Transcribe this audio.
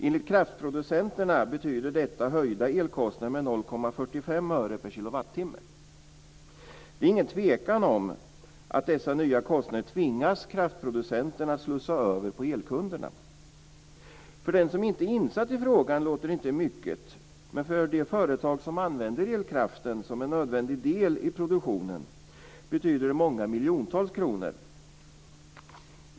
Enligt kraftproducenterna betyder detta höjda elkostnader med 0,45 öre per kilowattimme. Det är ingen tvekan om att dessa nya kostnader tvingas kraftproducenterna att slussa över på elkunderna. För den som inte är insatt i frågan låter det inte mycket, men för de företag som använder elkraften som en nödvändig del i produktionen betyder det många miljontals kronor.